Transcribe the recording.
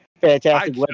fantastic